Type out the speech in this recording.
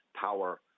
power